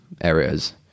areas